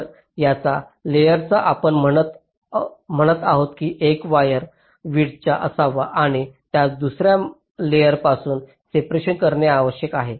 तर त्याच लेयरवर आपण म्हणत आहोत की एक वायर विड्थचा असावा आणि त्यास दुसर्या लेयरपासून सेपरेशन करणे आवश्यक आहे